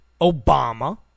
Obama